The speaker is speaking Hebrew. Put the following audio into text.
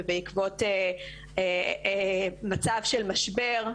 ובעקבות מצב של משבר,